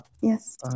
Yes